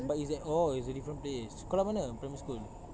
but it's at oh it's a different place sekolah mana primary school